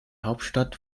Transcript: hauptstadt